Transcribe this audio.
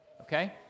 Okay